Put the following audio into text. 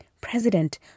president